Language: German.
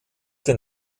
den